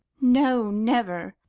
no, never.